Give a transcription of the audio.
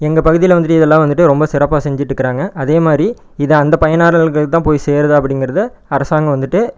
எங்கள் பகுதியில வந்துவிட்டு இதெல்லாம் வந்துவிட்டு ரொம்ப சிறப்பாக செஞ்சிகிட்டு இருக்கிறாங்க அதே மாரி இது அந்த பயனாளர்களுக்கு தான் போய் சேருதா அப்படிங்கறத அரசாங்கம் வந்துவிட்டு